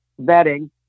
vetting